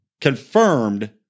confirmed